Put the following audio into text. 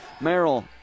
Merrill